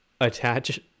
attach